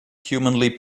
humanly